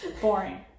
Boring